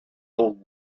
old